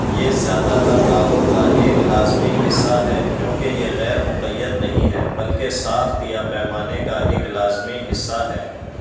یہ زیادہ تر راگوں کا ایک لازمی حصہ ہے کیونکہ یہ غیرمقید نہیں ہے بلکہ ساخت یا پیمانے کا ایک لازمی حصہ ہے